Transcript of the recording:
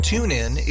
TuneIn